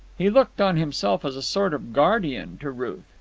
he looked on himself as a sort of guardian to ruth.